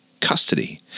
custody